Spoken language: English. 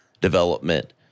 development